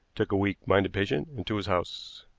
took a weak-minded patient into his house.